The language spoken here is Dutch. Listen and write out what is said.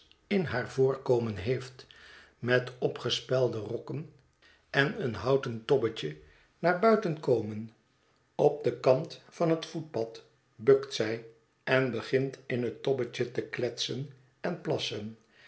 in haar voorkomen heeft met opgespelde rokken en een houten tobbetje naar buiten komen op den kant van het voetpad bukt zij en begint in het tobbetje te kletsen en plassen